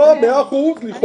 לא, מאה אחוז, לכאורה,